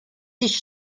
sich